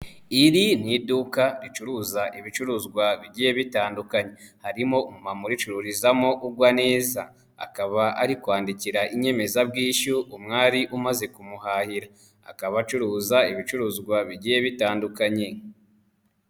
Iri ni iduka ricuruza ibicuruzwa bigiye bitandukanye, harimo umumama uricururizamo ugwa neza, akaba ari kwandikira inyemezabwishyu umwari umaze kumuhahira, akaba acuruza ibicuruzwa bigiye bitandukanye.